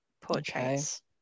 portraits